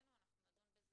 שהעלינו נחזור לזה